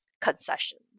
concessions